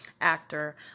actor